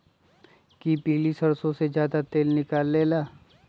कि पीली सरसों से ज्यादा तेल निकले ला?